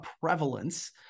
prevalence